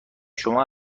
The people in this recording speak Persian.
شما